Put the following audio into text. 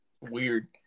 Weird